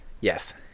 Yes